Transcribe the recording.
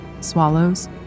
swallows